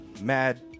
Mad